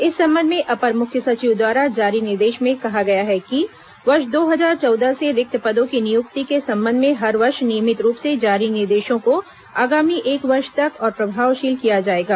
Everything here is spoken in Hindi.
इस संबंध में अपर मुख्य सचिव द्वारा जारी निर्देश में कहा गया है कि वर्ष दो हजार चौदह से रिक्त पदों की नियुक्ति के संबंध में हर वर्ष नियमित रूप से जारी निर्देशों को आगामी एक वर्ष तक और प्रभावशील किया जाएगा